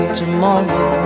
tomorrow